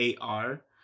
AR